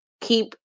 keep